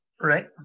right